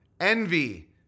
envy